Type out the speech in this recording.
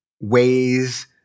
ways